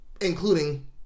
including